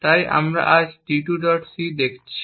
তাই আমরা আজ t2c দেখছি